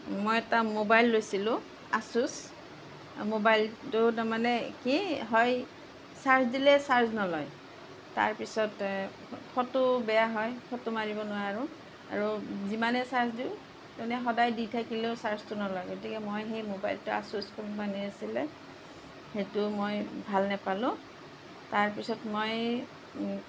মই এটা মোবাইল লৈছিলোঁ আচুছ মোবাইলটো তাৰ মানে কি হয় চাৰ্জ দিলে চাৰ্জ নলয় তাৰ পিছত ফ'টো বেয়া হয় ফ'টো মাৰিব নোৱাৰোঁ আৰু যিমানে চাৰ্জ দিওঁ মানে সদায় দি থাকিলেও চাৰ্জটো নলয় গতিকে মই সেই মোবাইলটো আচুছ কোম্পানীৰ আছিলে সেইটো মই ভাল নেপালোঁ তাৰ পিছত মই